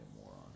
moron